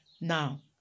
now